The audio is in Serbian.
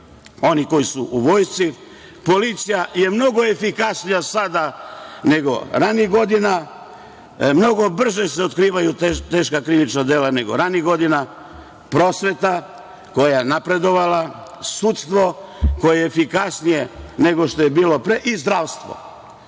oni koji su u vojsci, policija je mnogo efikasnija sada nego ranijih godina, mnogo brže se otkrivaju teška krivična dela nego ranijih godina, prosveta koja je napredovala, sudstvo koje je efikasnije nego što je bilo pre i zdravstvo.